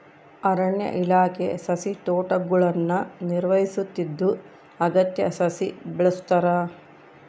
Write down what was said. ಅರಣ್ಯ ಇಲಾಖೆ ಸಸಿತೋಟಗುಳ್ನ ನಿರ್ವಹಿಸುತ್ತಿದ್ದು ಅಗತ್ಯ ಸಸಿ ಬೆಳೆಸ್ತಾರ